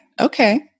okay